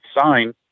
sign